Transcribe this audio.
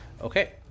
Okay